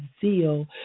zeal